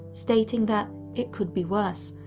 stating that it could be worse,